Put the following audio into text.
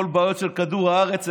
את כל הבעיות של כדור הארץ,